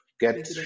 Get